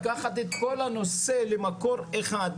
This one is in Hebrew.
לקחת את כל הנושא למקום אחד,